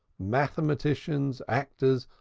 mathematicians, actors,